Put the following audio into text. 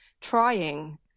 trying